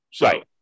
Right